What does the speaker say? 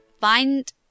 find